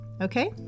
Okay